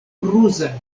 ruzaj